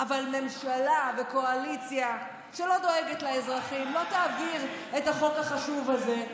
אבל ממשלה וקואליציה שלא דואגת לאזרחים לא תעביר את החוק החשוב הזה,